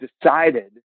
decided